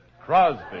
Crosby